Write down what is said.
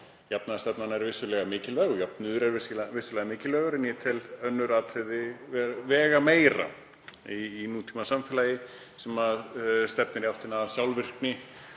Jafnaðarstefnan er vissulega mikilvæg og jöfnuður er vissulega mikilvægur en ég tel önnur atriði vega meira í nútímasamfélagi sem stefnir í átt að sjálfvirkni